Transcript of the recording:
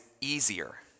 easier